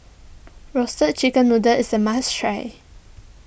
Roasted Chicken Noodle is a must try